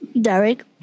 Derek